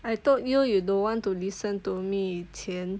I told you you don't want to listen to me 以前